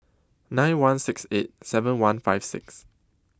nine one six eight seven one five six